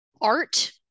art